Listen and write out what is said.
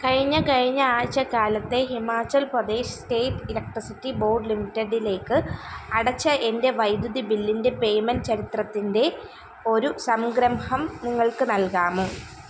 കഴിഞ്ഞ കഴിഞ്ഞ ആഴ്ച്ചക്കാലത്തെ Himachal Pradesh state electricity board ലിമിറ്റഡിലേക്ക് അടച്ച എന്റെ വൈദ്യുതി ബില്ലിന്റെ പേമെൻറ്റ് ചരിത്രത്തിന്റെ ഒരു സംഗ്രംഹം നിങ്ങൾക്ക് നൽകാമോ